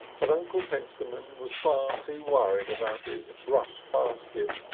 but uncle pentstemon was far too worried about his rush basket,